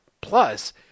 plus